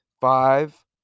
five